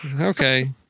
Okay